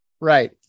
Right